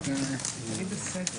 הישיבה